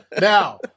Now